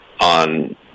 on